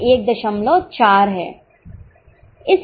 यह 14 है